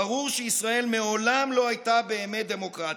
ברור שישראל מעולם לא הייתה באמת דמוקרטיה.